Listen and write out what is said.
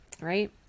right